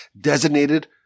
designated